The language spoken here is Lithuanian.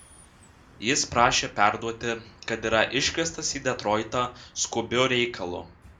jis prašė perduoti kad yra iškviestas į detroitą skubiu reikalu